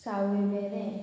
सावयवेरें